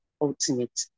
ultimate